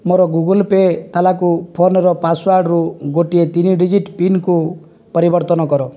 ମୋର Google pay' ତାଲାକୁ ଫୋନ୍ର ପାସ୍ୱାର୍ଡ଼ରୁ ଗୋଟିଏ ତିନି ଡିଜିଟ୍ ପିନ୍କୁ ପରିବର୍ତ୍ତନ କର